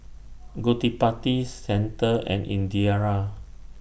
Gottipati Santha and Indira